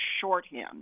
shorthand